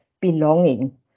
belonging